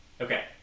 Okay